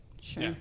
Sure